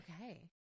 Okay